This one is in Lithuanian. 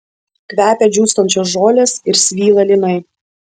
kvepia džiūstančios žolės ir svylą linai